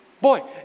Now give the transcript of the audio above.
Boy